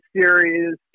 series